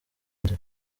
ndi